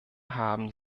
haben